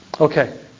Okay